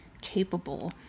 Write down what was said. capable